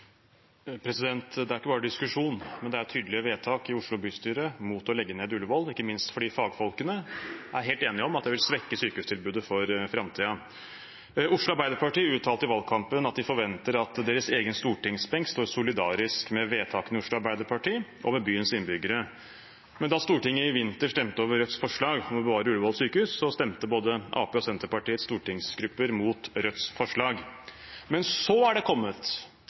Det er ikke bare en diskusjon, det er tydelige vedtak i Oslo bystyre mot å legge ned Ullevål, ikke minst fordi fagfolkene er helt enige om at det vil svekke sykehustilbudet for framtida. Oslo Arbeiderparti uttalte i valgkampen at de forventer at deres egen stortingsbenk står solidarisk ved vedtakene i Oslo Arbeiderparti og ved byens innbyggere. Men da Stortinget i vinter stemte over Rødts forslag om å bevare Ullevål sykehus, stemte både Arbeiderpartiets og Senterpartiets stortingsgrupper mot Rødts forslag. Men så er det kommet